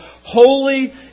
holy